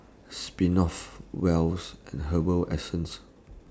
Smirnoff Well's and Herbal Essences